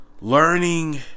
Learning